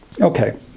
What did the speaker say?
Okay